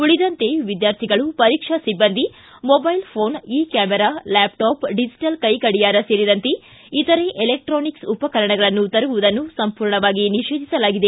ಉಳಿದಂತೆ ವಿದ್ಯಾರ್ಥಿಗಳು ಪರೀಕ್ಷಾ ಸಿಬ್ಬಂದಿ ಮೊಬೈಲ್ ಫೋನ್ ಇ ಕ್ಕಾಮೆರಾ ಲ್ಯಾಪ್ಟಾಪ್ ಡಿಜಿಟಲ್ ಕೈಗಡಿಯಾರ ಸೇರಿದಂತೆ ಇತರೆ ಎಲೆಕ್ಟಾನಿಕ್ಸ್ ಉಪಕರಣಗಳನ್ನು ತರುವುದನ್ನು ಸಂಪೂರ್ಣವಾಗಿ ನಿಷೇಧಿಸಲಾಗಿದೆ